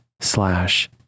slash